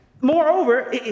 Moreover